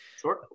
Sure